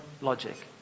logic